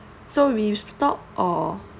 so we stopped or